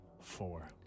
Four